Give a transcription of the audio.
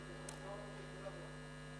הדובר הבא,